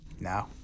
No